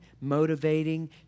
motivating